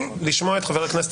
להתייחס.